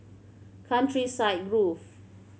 Countryside Grove